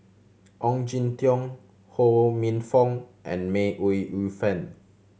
Ong Jin Teong Ho Minfong and May Ooi Yu Fen